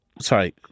Sorry